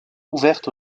ouvertes